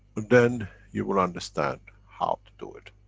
then you will understand how to do it